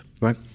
Right